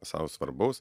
sau svarbaus